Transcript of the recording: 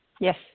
Yes